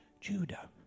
Judah